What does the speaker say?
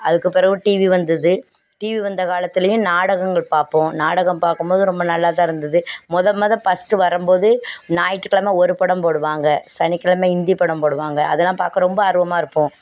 அதுக்குப்பிறவு TV வந்தது TV வந்த காலத்திலேயும் நாடகங்கள் பார்ப்போம் நாடகம் பார்க்கும்போது ரொம்ப நல்லாதான் இருந்தது மொதல் மொதல் ஃபஸ்டு வரும்போது ஞாயிற்றுக் கிழம ஒரு படம் போடுவாங்க சனிக்கிழமை ஹிந்தி படம் போடுவாங்க அதெல்லாம் பார்க்க ரொம்ப ஆர்வமாக இருப்போம்